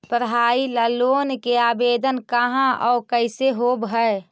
पढाई ल लोन के आवेदन कहा औ कैसे होब है?